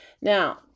Now